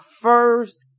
first